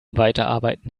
weiterarbeiten